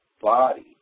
body